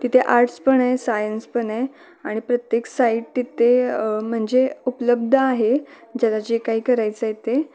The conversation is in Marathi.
तिथे आर्टस् पण आहे सायन्स पण आहे आणि प्रत्येक साईट तिथे म्हणजे उपलब्ध आहे ज्याला जे काही करायचं आहे ते